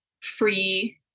free